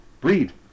breed